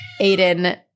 aiden